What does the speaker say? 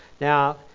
Now